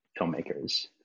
filmmakers